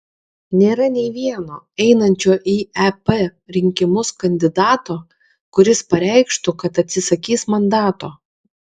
nėra nei vieno einančio į ep rinkimus kandidato kuris pareikštų kad atsisakys mandato